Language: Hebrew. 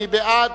מי בעד?